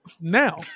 now